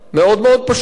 מאוד מאוד פשוט.